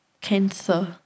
cancer